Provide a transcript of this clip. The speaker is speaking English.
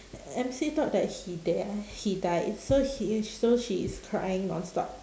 M_C thought that he dea~ he died so he uh so she is crying nonstop